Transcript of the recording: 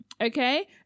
okay